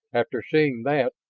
after seeing that,